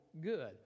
good